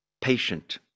patient